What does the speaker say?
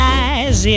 eyes